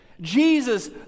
Jesus